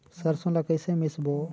सरसो ला कइसे मिसबो?